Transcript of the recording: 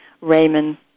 Raymond